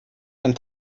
ein